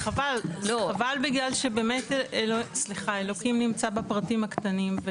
חבל לא אבל בגלל שבאמת סליחה אלוקים נמצא בפרטים הקטנים,